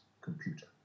computer